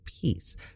peace